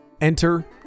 Enter